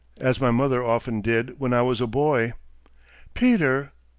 as my mother often did, when i was a boy peter,